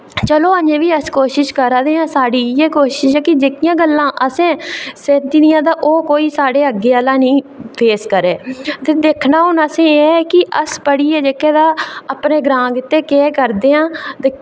चलो अजें बी अस कोशिश करा दे आं सारे ते साढ़ी इ'यै कोशिश ऐ कि जेह्कियां गल्लां असें सहती दियां ते ओह् कोई साढ़े अग्गै आह्ला निं फेस करै ते दिक्खना असें हून एह् ऐ की अस पढ़ियै जेह्के तां अपने ग्रां गितै केह् करदे आं ते